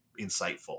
insightful